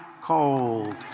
cold